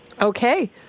Okay